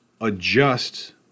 adjust